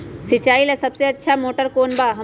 सिंचाई ला सबसे अच्छा मोटर कौन बा?